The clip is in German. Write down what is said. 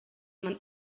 man